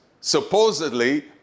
supposedly